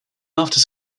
after